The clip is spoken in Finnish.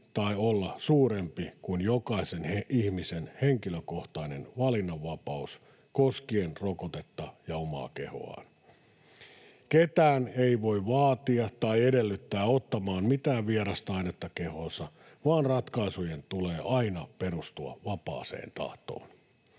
eikä olla suurempi kuin jokaisen ihmisen henkilökohtainen valinnanvapaus koskien rokotetta ja ihmisen omaa kehoa. Ketään ei voi vaatia tai edellyttää ottamaan mitään vierasta ainetta kehoonsa, vaan ratkaisujen tulee aina perustua vapaaseen tahtoon.